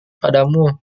padamu